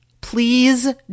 please